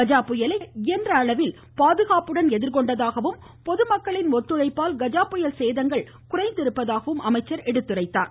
கஜா புயலை இயன்ற அளவில் பாதுகாப்புடன் எதிர்கொண்டதாகவும் பொதுமக்களின் ஒத்துழைப்பால் கஜா புயல் சேதங்கள் குறைந்துள்ளதாகவும் அமைச்சர் சுட்டிக்காட்டினார்